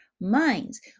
minds